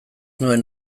nuen